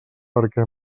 perquè